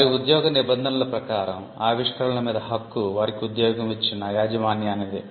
వారి ఉద్యోగ నిబంధనల ప్రకారం ఆవిష్కరణల మీద హక్కు వారికి ఉద్యోగం ఇచ్చిన యాజమాన్యానిదే